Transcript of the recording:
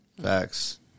Facts